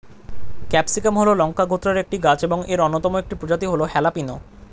capsicum হল লঙ্কা গোত্রের একটি গাছ এবং এর অন্যতম একটি প্রজাতি হল হ্যালাপিনো